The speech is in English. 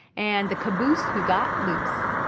and the caboose who got loose.